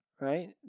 right